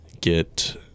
get